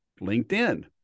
LinkedIn